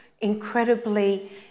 incredibly